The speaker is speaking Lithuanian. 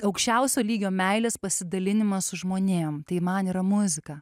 aukščiausio lygio meilės pasidalinimas su žmonėm tai man yra muzika